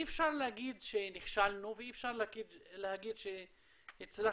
אי אפשר להגיד שנכשלנו ואי אפשר להגיד שהצלחנו,